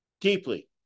deeply